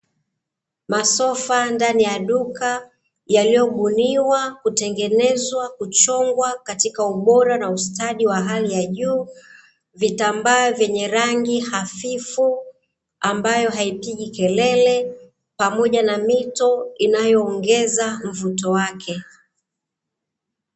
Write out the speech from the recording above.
Masofa ndani ya duka yaliyobuniwa kutengenezwa, kuchongwa katika ubora na ustadi wa hali ya juu, vitambaa vyenye rangi hafifu ambayo haipigi kelele pamoja na mito inayoongeza mvuto wake.